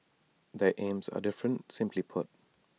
their aims are different simply put